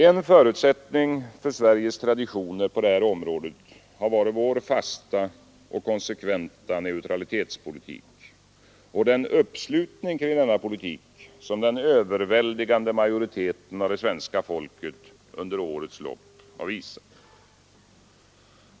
En förutsättning för Sveriges traditioner på det här området har varit vår fasta och konsekventa neutralitetspolitik och den uppslutning kring denna politik som den överväldigande majoriteten av det svenska folket under årens lopp har visat.